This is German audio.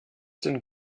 denn